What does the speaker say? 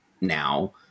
now